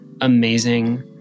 amazing